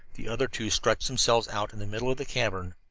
the other two stretched themselves out in the middle of the cavern.